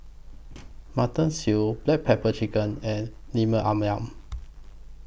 Mutton Stew Black Pepper Chicken and Lemper Ayam